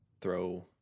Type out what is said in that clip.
throw